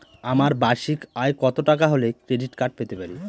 আমার বার্ষিক আয় কত টাকা হলে ক্রেডিট কার্ড পেতে পারি?